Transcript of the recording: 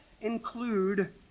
include